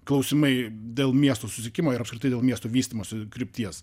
klausimai dėl miesto susiekimo ir apskritai dėl miesto vystymosi krypties